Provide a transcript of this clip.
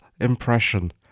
impression